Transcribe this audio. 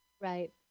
Right